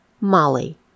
Molly